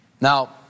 Now